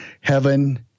heaven